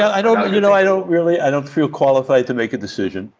i don't you know i don't really, i don't feel qualified to make a decision.